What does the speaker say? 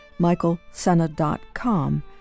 michaelsenna.com